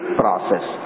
process